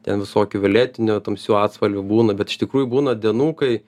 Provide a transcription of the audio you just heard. ten visokių violetinių tamsių atspalvių būna bet iš tikrųjų būna dienų kai